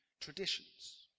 traditions